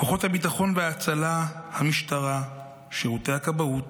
כוחות הביטחון וההצלה, המשטרה, שירותי הכבאות,